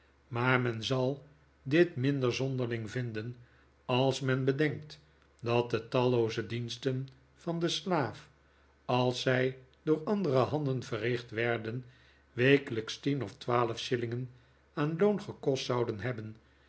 maar men zal dit minder zonderling vindeh als men bedenkt dat de tallooze diensten van den slaaf als zij door andere handen verricht werden wekelijks tien of twaalf shillingen aan loon gekost zouden hebben